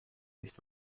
nicht